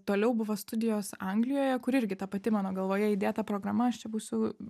toliau buvo studijos anglijoje kur irgi ta pati mano galvoje įdėta programa aš čia būsiu